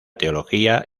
teología